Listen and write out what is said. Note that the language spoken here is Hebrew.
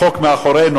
החוק מאחורינו.